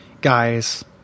guys